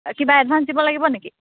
কিবা এডভাঞ্চ দিব লাগিব নেকি